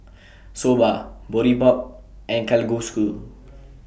Soba Boribap and Kalguksu